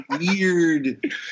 weird